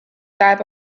type